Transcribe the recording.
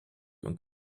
und